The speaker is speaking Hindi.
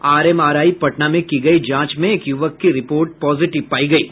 आरएमआरआई पटना में की गयी जांच में एक युवक की रिपोर्ट पॉजिटिव पायी गयी है